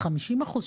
50 אחוז,